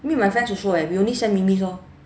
me and my friends also eh we only send memes orh